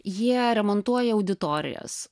jie remontuoja auditorijas